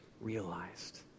realized